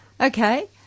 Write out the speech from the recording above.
Okay